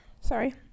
Sorry